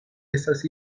estas